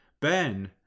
ben